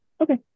Okay